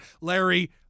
Larry